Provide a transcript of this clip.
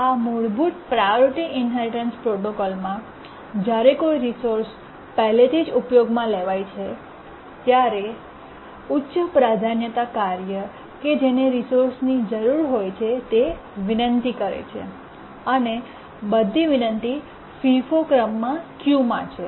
આ મૂળભૂત priority inheritance પ્રોટોકોલમાં જ્યારે કોઈ રિસોર્સ પહેલેથી જ ઉપયોગમાં લેવાય છે ત્યારે ઉચ્ચ પ્રાધાન્યતા કાર્ય કે જેને રિસોર્સની જરૂર હોય છે તે વિનંતી કરે છે અને બધી વિનંતી FIFO ક્રમમાં કતારમાં છે